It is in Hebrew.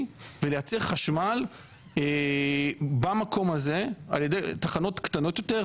ולייצר חשמל במקום הזה על ידי תחנות קטנות יותר,